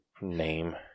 name